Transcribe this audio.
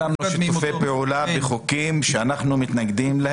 לנו שיתופי פעולה בחוקים שאנחנו מתנגדים להם.